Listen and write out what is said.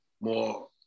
more